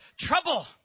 trouble